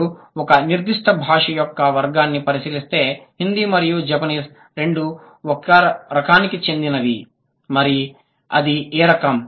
మీరు ఒక నిర్దిష్ట భాష యొక్క వర్గాన్ని పరిశీలిస్తే హిందీ మరియు జపనీస్ రెండూ ఒక రకానికి చెందినవి మరి అది ఏ రకం